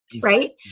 Right